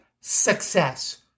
success